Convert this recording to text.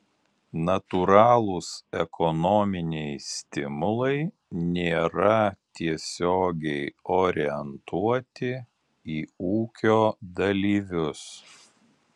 natūralūs ekonominiai stimulai nėra tiesiogiai orientuoti į ūkio dalyvius